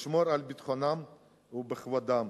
לשמור על ביטחונם וכבודם,